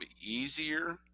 easier